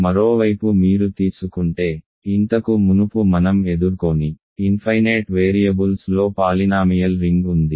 మరోవైపు మీరు తీసుకుంటే ఇంతకు మునుపు మనం ఎదుర్కోని ఇన్ఫైనేట్ వేరియబుల్స్లో పాలినామియల్ రింగ్ ఉంది